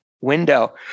window